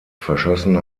verschossen